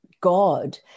God